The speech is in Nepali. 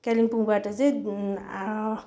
कालिम्पोङबाट चाहिँ